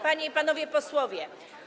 Panie i Panowie Posłowie!